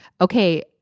okay